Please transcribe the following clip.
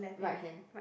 right hand